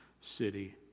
city